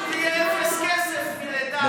שיהיה אפס כסף מלידה עד שלוש,